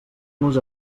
nos